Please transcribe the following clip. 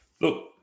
look